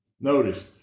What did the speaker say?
Notice